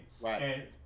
Right